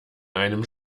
einem